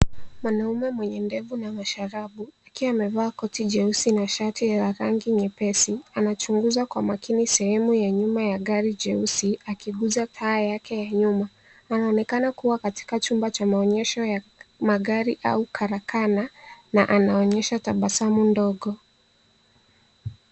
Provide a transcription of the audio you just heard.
Mwanaume mwenye ndevu na masharabu, akiwa amevaa koti jeusi na shati la rangi nyepesi, anachunguza kwa makini sehemu ya nyuma ya gari jeusi akiguza taa yake ya nyuma. Anaonekana kuwa katika chumba cha maonyesho ya magari au karakana, na anaonyesha tabasamu ndogo.